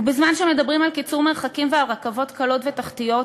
ובזמן שמדברים על קיצור מרחקים ועל רכבות קלות ותחתיות,